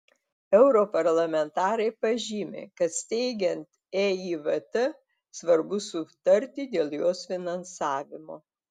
europarlamentarai pažymi kad steigiant eivt svarbu sutarti dėl jos finansavimo